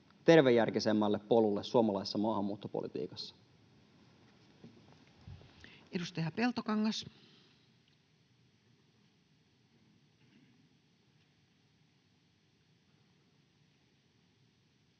tervejärkisemmälle polulle suomalaisessa maahanmuuttopolitiikassa. [Speech 182]